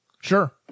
Sure